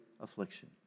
affliction